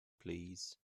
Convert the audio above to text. please